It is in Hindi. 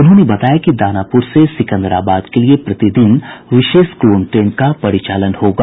उन्होंने बताया कि दानापुर से सिकंदराबाद के लिए भी प्रतिदिन विशेष क्लोन ट्रेन का परिचालन होगा